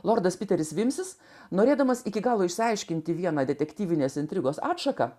lordas piteris imsis norėdamas iki galo išsiaiškinti vieną detektyvinės intrigos atšaką